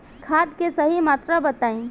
खाद के सही मात्रा बताई?